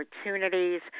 opportunities